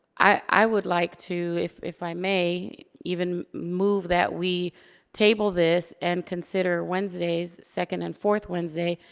i would like to, if if i may, even move that we table this and consider wednesdays, second and fourth wednesday,